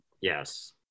Yes